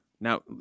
Now